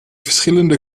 verschillende